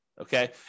Okay